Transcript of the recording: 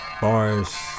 Bars